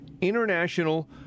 international